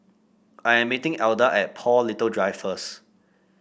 I am meeting Elda at Paul Little Drive first